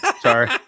Sorry